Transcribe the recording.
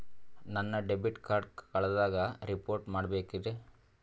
ನನ್ನ debit card ಕಳ್ದದ report ಮಾಡಬೇಕ್ರಿ